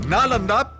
Nalanda